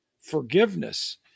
forgiveness